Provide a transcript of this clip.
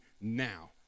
now